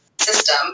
system